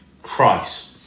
Christ